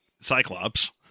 Cyclops